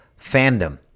fandom